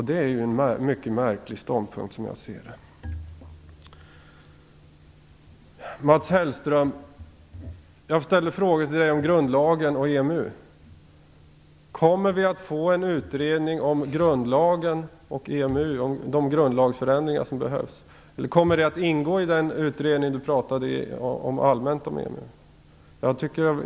Det är en mycket märklig ståndpunkt, som jag ser det. Jag ställde frågor till Mats Hellström om grundlagen och EMU. Kommer vi att få en utredning om grundlagen och EMU och de grundlagsförändringar som behövs? Eller kommer det att ingå i den allmänna utredning om EMU som Mats Hellström pratade om?